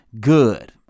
good